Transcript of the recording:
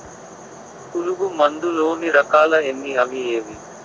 పులుగు మందు లోని రకాల ఎన్ని అవి ఏవి?